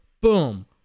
Boom